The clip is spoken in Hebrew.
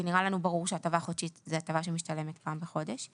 כי נראה לנו ברור שהטבה חודשית זו הטבלה שמשתלמת פעם בחודש.